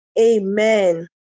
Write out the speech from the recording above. Amen